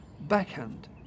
backhand